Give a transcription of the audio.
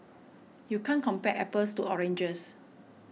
you can't compare apples to oranges